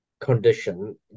condition